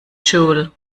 joule